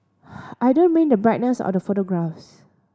I don't mean the brightness out the photographs